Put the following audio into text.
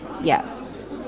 yes